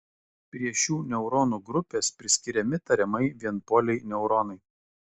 prie šių neuronų grupės priskiriami tariamai vienpoliai neuronai